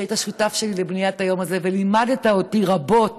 שהיית שותף שלי לבניית היום הזה ולימדת אותי רבות